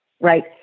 right